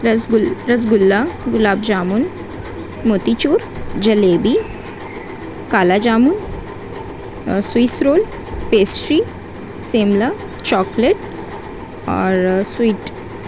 رس گل rasgulla gulab jamun motichoor jalebi kala jamun Swiss roll pastry Shimla chocolate اور سویٹ